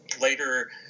later